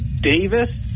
Davis